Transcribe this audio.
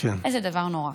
איזה דבר נורא.